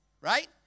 Right